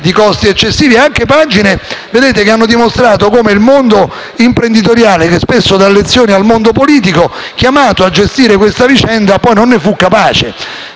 e costi eccessivi e anche pagine che hanno dimostrato come il mondo imprenditoriale (che spesso dà lezioni a quello politico) chiamato a gestire questa vicenda, poi non ne fu capace.